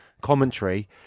commentary